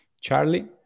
Charlie